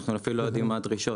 אנחנו אפילו לא יודעים מה הדרישות.